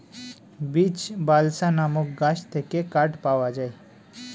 beech, balsa নামক গাছ থেকে কাঠ পাওয়া যায়